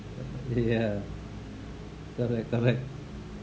ya correct correct